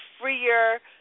freer